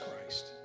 Christ